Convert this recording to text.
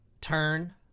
turn